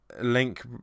Link